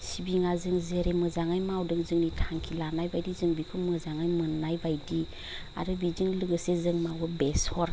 सिबिङा जों जेरै मोजाङै मावदों जोंनि थांखि लानायबायदि जों बिखौ मोजाङै मोननाय बायदि आरो बिजों लोगोसे जों मावो बेसर